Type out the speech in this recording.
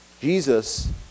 Jesus